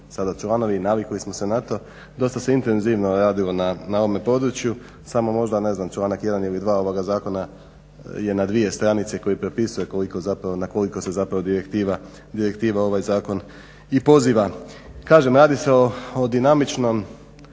sada članovi, navikli smo se na to dosta se intenzivno radilo na ovome području, samo možda ne znam članak 1.ili 2.ovoga zakona je na dvije stranice koji propisuje na koliko se direktiva ovaj zakon i poziva. Kažem radi se o dinamičnom